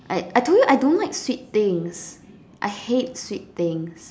I I told you I don't like sweet thing I hate sweet things